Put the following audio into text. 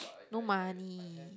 no money